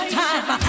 time